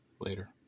Later